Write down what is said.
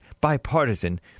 bipartisan